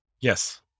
Yes